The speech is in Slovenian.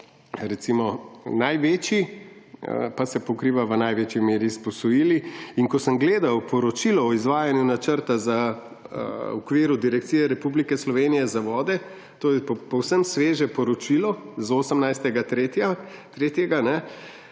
je pa največji, pa se pokriva v največji meri s posojili. Ko sem gledal poročilo o izvajanju načrta v okviru Direkcije Republike Slovenije za vode – to je povsem sveže poročilo z 18. 3.